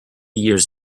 years